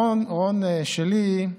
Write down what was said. רון שלי,